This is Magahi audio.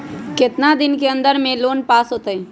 कितना दिन के अन्दर में लोन पास होत?